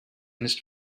nicht